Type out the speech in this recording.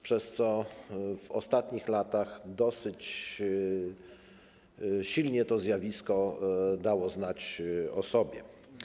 Przez to w ostatnich latach dosyć silnie to zjawisko dawało znać o sobie.